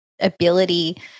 ability